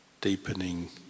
deepening